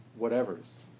whatevers